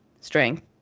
strength